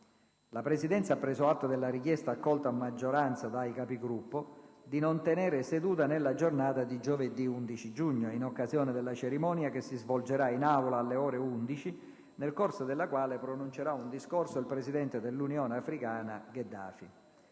La Presidenza ha preso atto della richiesta, accolta a maggioranza dai Capigruppo, di non tenere seduta nella giornata di giovedì 11 giugno, in occasione della cerimonia che si svolgerà in Aula alle ore 11, nel corso della quale pronuncerà un discorso il Presidente dell'Unione Africana, Gheddafi.